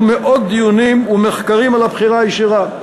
מאות דיונים ומחקרים על הבחירה הישירה.